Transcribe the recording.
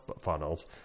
funnels